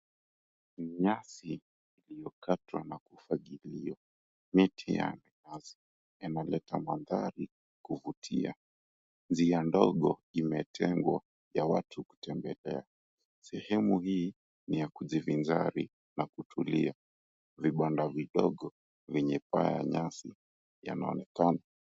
Nyasi iliyokatwa na kufagiliwa. Miti ya nazi inaleta mandhari kuvutia. Njia ndogo imetengwa ya watu kutembelea. Sehemu hii ni ya kujivinjari na kutulia. Vibanda vidogo vyenye paa ya nyasi yanaonekana.